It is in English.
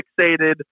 fixated